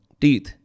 teeth